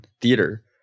theater